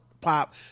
pop